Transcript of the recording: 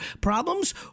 problems